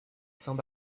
saint